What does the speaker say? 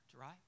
right